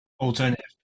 Alternative